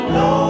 no